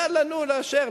יאללה, נו, לאשר.